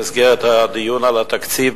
במסגרת הדיון על התקציב,